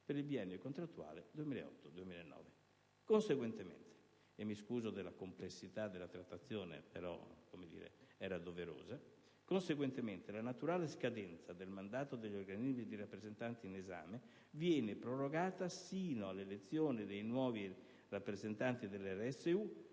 per il biennio contrattuale 2008-2009». Conseguentemente - mi scuso per la complessità della trattazione, però era doverosa - la naturale scadenza del mandato degli organismi di rappresentanza in esame viene prorogata sino all'elezione dei nuovi rappresentanti delle RSU,